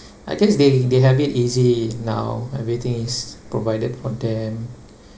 I guess they they have it easy now everything is provided for them